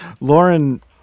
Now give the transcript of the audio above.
Lauren